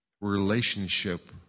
relationship